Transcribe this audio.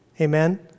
Amen